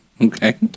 Okay